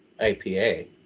IPA